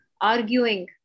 arguing